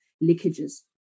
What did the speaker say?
leakages